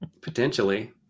Potentially